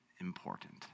important